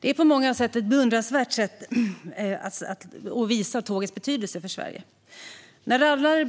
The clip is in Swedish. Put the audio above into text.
Det är på många vis ett beundransvärt sätt att visa tågets betydelse för Sverige. När rallare